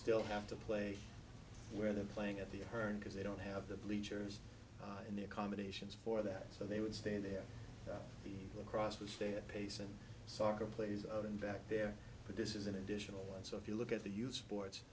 still have to play where they're playing at the turn because they don't have the bleachers and the accommodations for that so they would stay there across the stay at pace and sort of plays out and back there but this is an additional one so if you look at the youth sports